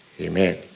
Amen